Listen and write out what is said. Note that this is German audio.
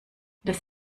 das